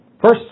first